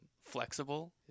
flexible